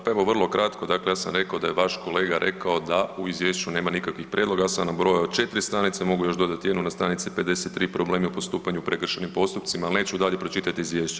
Pa evo vrlo kratko, dakle ja sam rekao da je vaš kolega rekao da u izvješću nema nikakvih prijedloga, ja sam nabrojao 4 stranice, mogu još dodati jednu, na stranici 53 problemi o postupanju u prekršajnim postupcima, ali neću dalje, pročitajte izvješće.